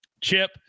Chip